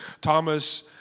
Thomas